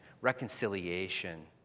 reconciliation